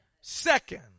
Second